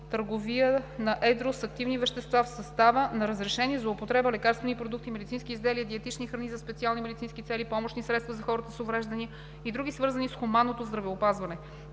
търговия на едро с активни вещества в състава на разрешени за употреба лекарствени продукти, медицински изделия и диетични храни за специални медицински цели, помощни средства за хората с увреждания и други, свързани с хуманното здравеопазване;